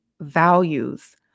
values